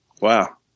Wow